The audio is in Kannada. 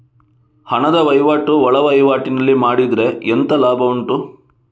ಹಣದ ವಹಿವಾಟು ಒಳವಹಿವಾಟಿನಲ್ಲಿ ಮಾಡಿದ್ರೆ ಎಂತ ಲಾಭ ಉಂಟು?